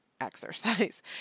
exercise